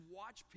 watch